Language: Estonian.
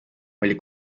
oli